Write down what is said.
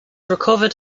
recovered